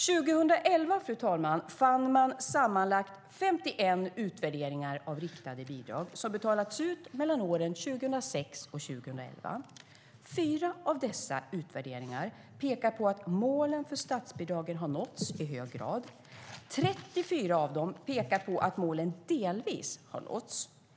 År 2011, fru talman, fann man sammanlagt 51 utvärderingar av riktade bidrag som betalats ut mellan åren 2006 och 2011. Fyra av dessa utvärderingar pekar på att målen för statsbidragen har nåtts i hög grad. 34 av dem pekar på att målen delvis har nåtts.